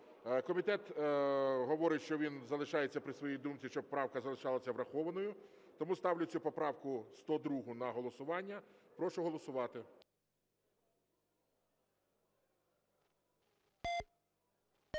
Комітет говорить, що він залишається при своїй думці, щоб правка залишалася врахованою. Тому ставлю цю поправку 102 на голосування. Прошу голосувати.